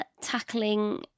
tackling